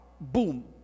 boom